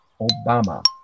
Obama